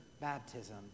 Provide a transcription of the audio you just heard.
baptism